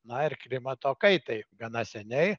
na ir klimato kaitai gana seniai